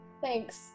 Thanks